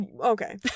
okay